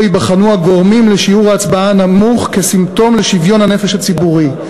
ייבחנו הגורמים לשיעור ההצבעה הנמוך כסימפטום לשוויון הנפש הציבורי.